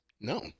No